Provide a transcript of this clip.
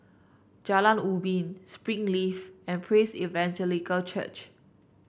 Jalan Ubin Springleaf and Praise Evangelical Church